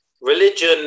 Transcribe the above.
religion